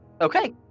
Okay